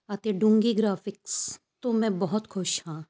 ਅਤੇ ਡੂੰਘੇ ਗਰਾਫਿਕਸ ਤੋਂ ਮੈਂ ਬਹੁਤ ਖੁਸ਼ ਹਾਂ